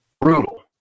Brutal